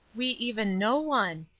we even know one,